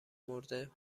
مرده